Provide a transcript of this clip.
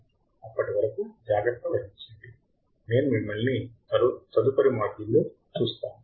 అప్పటి వరకు జాగ్రత్త వహించండి నేను మిమ్మల్ని తదుపరి మాడ్యూల్లో చూస్తాను